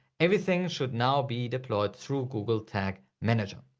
everything should now be deployed through google tag manager.